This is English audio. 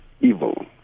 evil